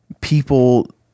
people